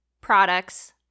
products